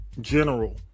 general